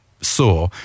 saw